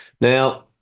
Now